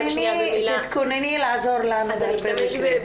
תתכונני לעזור לנו בהרבה מקרים.